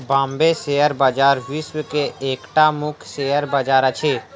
Bombay share बजार विश्व के एकटा मुख्य शेयर बजार अछि